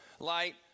Light